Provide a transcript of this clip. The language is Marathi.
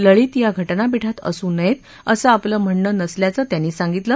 लळित या घटनापीठात असू नयेत असं आपलं म्हणणं नसल्याचं त्यांनी सांगितलं